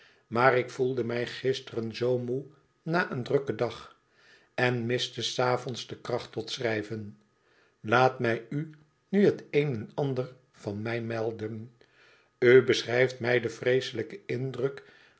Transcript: maar ik voelde mij gisteren zoo moê na een drukken dag en miste s avonds kracht tot schrijven laat mij u nu het een en ander van mij melden u beschrijft mij den vreeslijken indruk